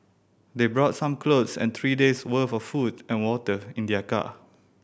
they brought some clothes and three day's worth of food and water in their car